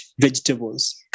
vegetables